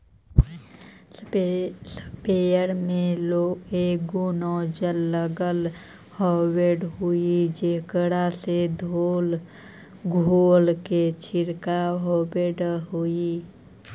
sprayer में एगो nozzle लगल होवऽ हई जेकरा से धोल के छिडकाव होवऽ हई